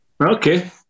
Okay